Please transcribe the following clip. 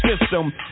system